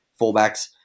fullbacks